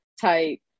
type